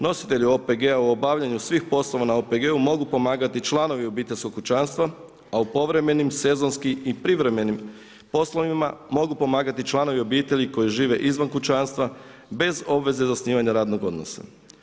Nositelji OPG-ova u obavljanju svih poslova na OPG-u mogu pomagati članovi obiteljskog kućanstva a u povremenim, sezonskim i privremenim poslovima mogu pomagati članovi obitelji koji žive izvan kućanstva bez obveze zasnivanja radnog odnosa.